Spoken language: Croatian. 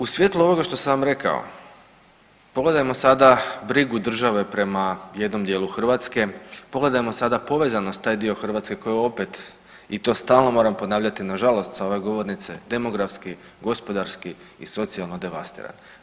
U svjetlu ovoga što sam vam rekao pogledamo sada brigu države prema jednom dijelu Hrvatske, pogledajmo sada povezanost taj dio Hrvatske koji opet i to stalno moram ponavljati nažalost sa ove govornice, demografski, gospodarski i socijalno devastiran.